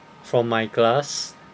from my class